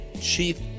chief